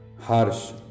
Harsh